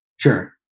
Sure